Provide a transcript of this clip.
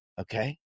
Okay